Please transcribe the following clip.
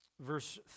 verse